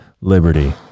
liberty